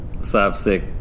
slapstick